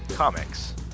Comics